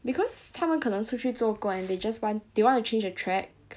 because 他们可能出去做工 and they just want they want to change a track